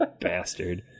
bastard